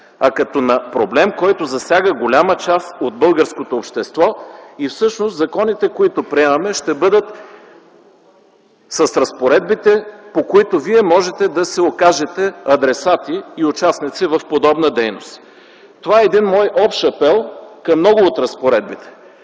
а като на проблем, който засяга голяма част от българското общество. Всъщност законите, които приемаме, ще бъдат с разпоредбите, по които вие можете да се окажете адресати и участници в подобна дейност. Това е един мой общ апел към много от разпоредбите.